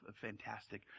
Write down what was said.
fantastic